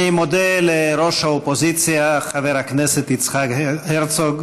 אני מודה לראש האופוזיציה חבר הכנסת יצחק הרצוג.